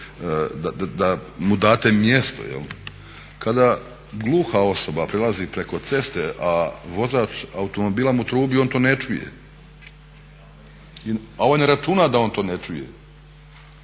da mu date mjesto jel'. Kada gluha osoba prelazi preko ceste, a vozač automobila mu trubi, on to ne čuje, a ovaj ne računa da on to ne čuje.